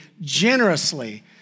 generously